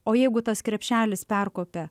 o jeigu tas krepšelis perkopia